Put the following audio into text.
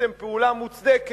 עשיתם פעולה מוצדקת.